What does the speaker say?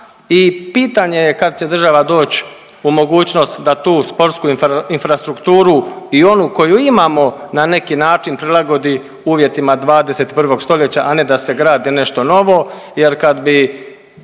i pitanje je kad će država doći u mogućnost da tu sportsku infrastrukturu i onu koju imamo na neki način prilagodi uvjetima 21. stoljeća, a ne da se gradi nešto novo jer kad bi